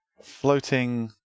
floating